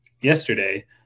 yesterday